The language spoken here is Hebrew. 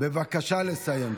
בבקשה לסיים.